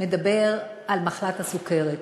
ומדבר על מחלת הסוכרת.